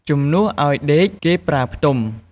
ជំនួសឲ្យ ដេក គេប្រើ ផ្ទំ។